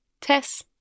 Tess